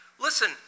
Listen